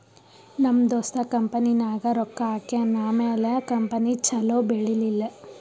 ನಮ್ ದೋಸ್ತ ಕಂಪನಿನಾಗ್ ರೊಕ್ಕಾ ಹಾಕ್ಯಾನ್ ಆಮ್ಯಾಲ ಕಂಪನಿ ಛಲೋ ಬೆಳೀಲಿಲ್ಲ